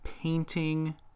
painting